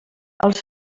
els